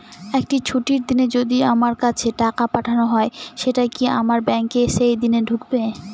একটি ছুটির দিনে যদি আমার কাছে টাকা পাঠানো হয় সেটা কি আমার ব্যাংকে সেইদিন ঢুকবে?